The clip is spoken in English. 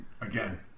again